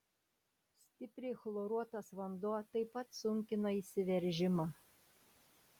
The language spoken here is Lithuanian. stipriai chloruotas vanduo taip pat sunkina įsiveržimą